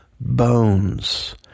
bones